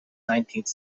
nineteenth